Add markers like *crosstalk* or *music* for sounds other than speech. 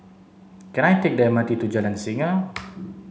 can I take the M R T to Jalan Singa *noise*